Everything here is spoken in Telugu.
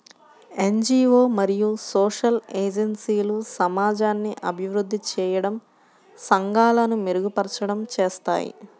ఎన్.జీ.వో మరియు సోషల్ ఏజెన్సీలు సమాజాన్ని అభివృద్ధి చేయడం, సంఘాలను మెరుగుపరచడం చేస్తాయి